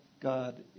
God